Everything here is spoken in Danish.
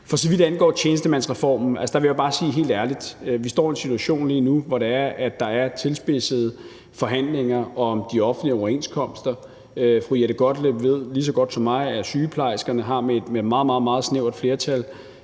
For så vidt angår tjenestemandsreformen, vil jeg bare sige helt ærligt, at vi lige nu står i en situation, hvor der er tilspidsede forhandlinger om de offentlige overenskomster. Fru Jette Gottlieb ved lige så godt som mig, at sygeplejerskerne med et meget, meget snævert flertal